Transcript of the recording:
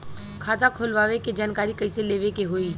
खाता खोलवावे के जानकारी कैसे लेवे के होई?